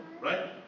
right